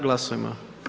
Glasujmo.